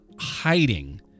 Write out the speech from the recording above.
hiding